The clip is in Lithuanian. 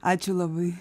ačiū labai